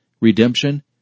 redemption